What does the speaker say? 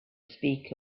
speak